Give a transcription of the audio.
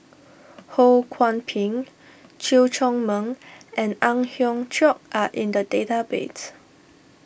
Ho Kwon Ping Chew Chor Meng and Ang Hiong Chiok are in the database